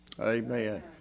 Amen